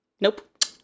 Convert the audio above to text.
Nope